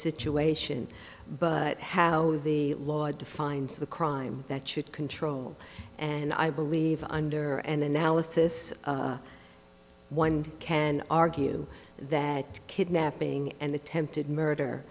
situation but how the law defines the crime that should control and i believe under an analysis one can argue that kidnapping and attempted murder